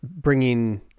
bringing